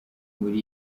muri